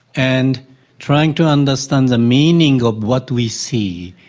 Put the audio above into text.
and trying to understand the meaning of what we see,